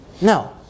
No